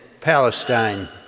Palestine